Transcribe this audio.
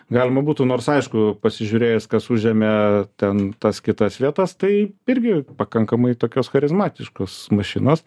galima būtų nors aišku pasižiūrėjus kas užėmė ten tas kitas vietas tai irgi pakankamai tokios charizmatiškos mašinos